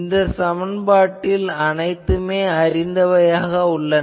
இந்த சமன்பாட்டில் அனைத்தும் அறிந்தவை ஆகும்